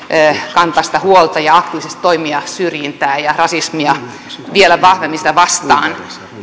kantaa sitä huolta ja aktiivisesti toimia syrjintää ja rasismia vastaan vielä vahvemmin